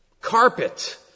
carpet